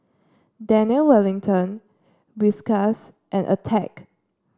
Daniel Wellington Whiskas and Attack